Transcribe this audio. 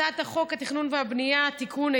הצעת חוק התכנון והבנייה (תיקון,